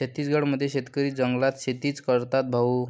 छत्तीसगड मध्ये शेतकरी जंगलात शेतीच करतात भाऊ